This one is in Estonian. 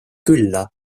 külla